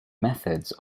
methods